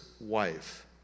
wife